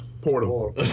Portal